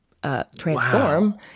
Transform